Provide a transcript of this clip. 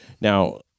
Now